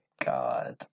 God